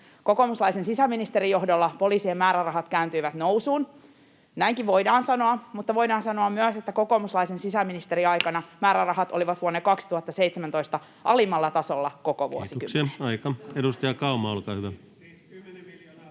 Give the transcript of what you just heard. kokoomuslaisen sisäministerin johdolla poliisien määrärahat kääntyivät nousuun. Näinkin voidaan sanoa, mutta voidaan sanoa myös, että kokoomuslaisen sisäministerin aikana määrärahat olivat vuonna 2017 alimmalla tasolla koko vuosikymmenellä. Kiitoksia, aika! — Edustaja Kauma, olkaa hyvä.